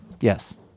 yes